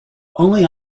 only